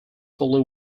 fully